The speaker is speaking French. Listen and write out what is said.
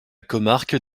comarque